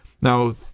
now